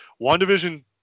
Wandavision